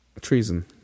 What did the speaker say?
Treason